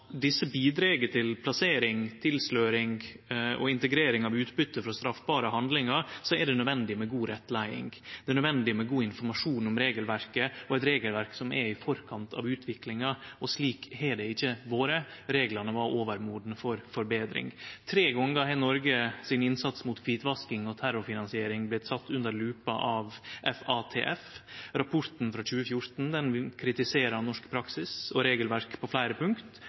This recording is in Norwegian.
desse bidreg til plassering, tilsløring og integrering av utbytte frå straffbare handlingar, er det nødvendig med god rettleiing. Det er nødvendig med god informasjon om regelverket – eit regelverk som er i forkant av utviklinga. Slik har det ikkje vore. Reglane var overmodne for forbetring. Tre gongar har Noreg sin innsats mot kvitvasking og terrorfinansiering vorte sett under lupa av FATF. Rapporten frå 2014 kritiserer norsk praksis og regelverk på fleire punkt,